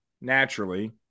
naturally